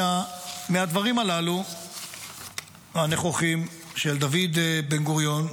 מהדברים הנכוחים הללו של דוד בן-גוריון,